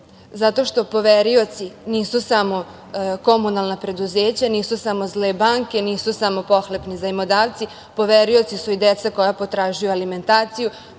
zato što poverioci nisu samo komunalna preduzeća, nisu samo zle banke, nisu samo pohlepni zajmodavci, poverioci su i deca koja potražuju alimentaciju,